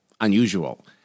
unusual